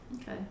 Okay